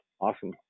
awesome